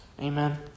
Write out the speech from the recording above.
Amen